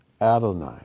Adonai